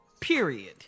Period